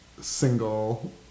single